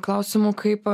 klausimų kaip